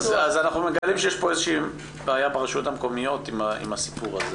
אז אנחנו מגלים שיש פה איזו שהיא בעיה ברשויות המקומיות עם הסיפור הזה.